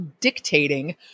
dictating